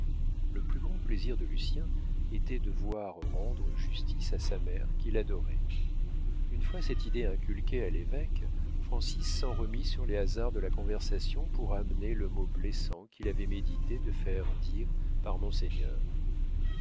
le plus grand plaisir de lucien était de voir rendre justice à sa mère qu'il adorait une fois cette idée inculquée à l'évêque francis s'en remit sur les hasards de la conversation pour amener le mot blessant qu'il avait médité de faire dire par monseigneur